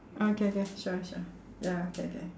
okay K sure sure ya K K